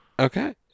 Okay